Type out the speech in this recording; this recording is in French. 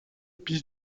piste